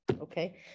okay